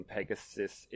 Pegasus